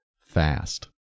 fast